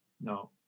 No